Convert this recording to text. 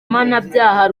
mpanabyaha